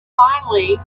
finally